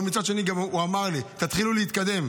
אבל מצד שני, הוא אמר לי: תתחילו להתקדם.